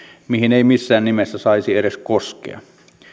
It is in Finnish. mihin ei missään nimessä saisi edes koskea